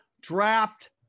draft